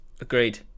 Agreed